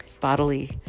bodily